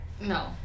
no